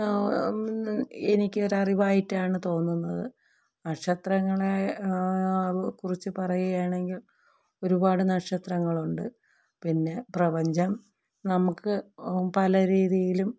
എനിക്കൊരു അറിവായിട്ടാണ് തോന്നുന്നത് നക്ഷത്രങ്ങളെ കുറിച്ച് പറയുകയാണെങ്കിൽ ഒരുപാട് നക്ഷത്രങ്ങളുണ്ട് പിന്നെ പ്രപഞ്ചം നമുക്ക് പലരീതിയിലും